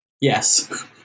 Yes